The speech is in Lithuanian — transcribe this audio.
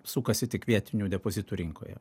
sukasi tik vietinių depozitų rinkoje